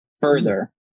further